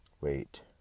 Wait